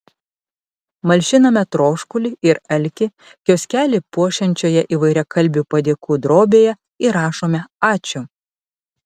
malšiname troškulį ir alkį kioskelį puošiančioje įvairiakalbių padėkų drobėje įrašome ačiū